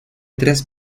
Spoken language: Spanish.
tres